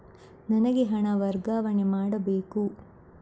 ನನಗೆ ಹಣ ವರ್ಗಾವಣೆ ಮಾಡಬೇಕು